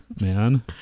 man